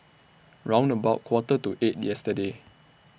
round about Quarter to eight yesterday